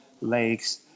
lakes